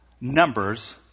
numbers